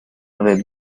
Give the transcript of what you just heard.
del